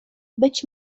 być